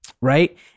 right